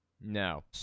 No